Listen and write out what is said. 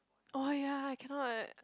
oh ya cannot eh